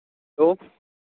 hello